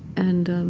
and,